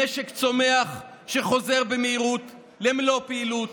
משק צומח שחוזר במהירות למלוא פעילות,